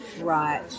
Right